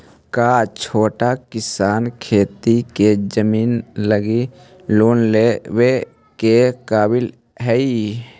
का छोटा किसान खेती के जमीन लगी लोन लेवे के काबिल हई?